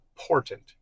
important